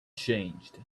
changed